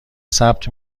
ثبت